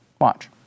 Watch